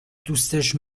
دوستش